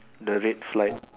the red slide